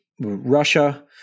Russia